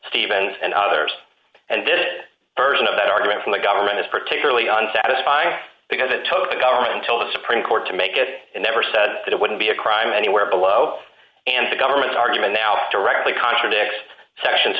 steve and others and it version of that argument from the government is particularly on satisfying because it took the government until the supreme court to make it never said that it wouldn't be a crime anywhere below and the government's argument now directly contradict sections